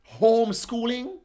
homeschooling